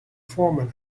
formen